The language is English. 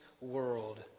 world